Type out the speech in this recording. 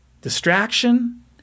distraction